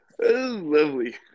lovely